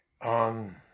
on